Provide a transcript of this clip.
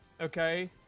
Okay